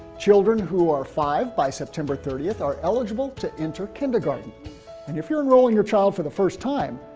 children who are five by september thirtieth are eligible to enter kindergarten. and if you're enrolling your child for the first time,